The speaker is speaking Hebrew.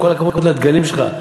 עם כל הכבוד לדגלים שלך.